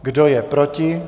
Kdo je proti?